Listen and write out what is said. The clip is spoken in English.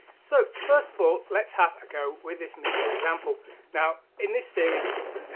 so first of all let's have a go with this minimal example now, in this series it's.